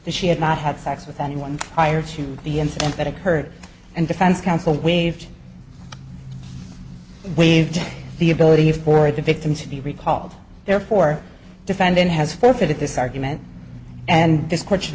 that she had not had sex with anyone prior to the incident that occurred and defense counsel waived waived the ability for the victim to be recalled therefore defendant has forfeited this argument and